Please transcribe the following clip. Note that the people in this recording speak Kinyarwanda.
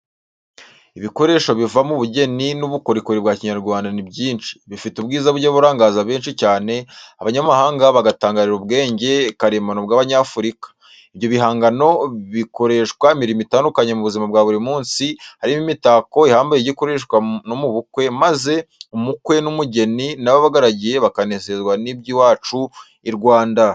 Ibikoresho biva mu bugeni n'ubukorikori bwa Kinyarwanda ni byinshi, bifite ubwiza bujya burangaza benshi cyane abanyamahanga batangarira ubwenge karemano bw'Abanyafurika, ibyo bihangano bikoreshwa imirimo itandukanye yo mu buzima bwa buri munsi, harimo n'imitako ihambaye ijya ikoreshwa no mu bukwe maze umukwe n'umugeni n'ababagaragiye bakanezererwa iby'iwacu i Rwanda.